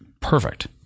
perfect